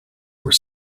were